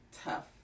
tough